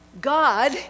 God